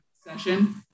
session